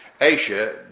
Asia